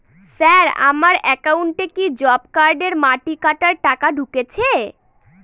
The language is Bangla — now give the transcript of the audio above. স্যার আমার একাউন্টে কি জব কার্ডের মাটি কাটার টাকা ঢুকেছে?